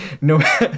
No